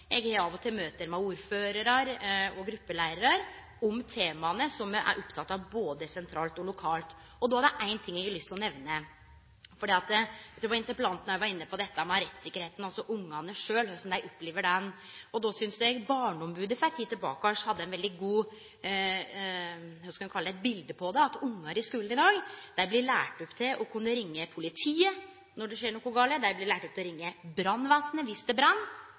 Eg har av og til møte med ordførarar og gruppeleiarar om tema som me er opptekne av, både sentralt og lokalt. Då er det ein ting eg har lyst til å nemne. Eg trur interpellanten var inne på dette med rettssikkerheita, altså om korleis ungane sjølv opplever den. Eg synest barneombodet for ei tid tilbake hadde eit veldig godt bilete på dette: Ungar i skulen i dag blir lærde opp til å ringe til politiet når det skjer noko gale, til å ringe brannvesenet viss det